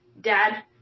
dad